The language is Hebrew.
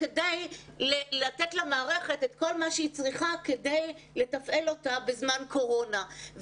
כדי לתת למערכת את כל מה שהיא צריכה כדי לתפעל אותה בזמן קורונה.